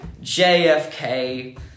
JFK